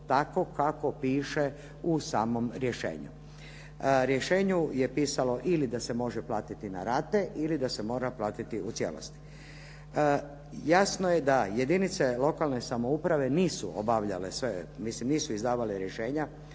tako kako piše u samom rješenju. U rješenju je pisalo ili da se može platiti na rate, ili da se mora platiti u cijelosti. Jasno je da jedinice lokalne samouprave nisu obavljale sve, mislim nisu izdavale rješenja